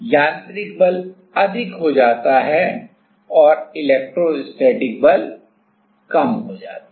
यांत्रिक बल अधिक होता है और इलेक्ट्रोस्टैटिक बल कम होता है